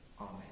Amen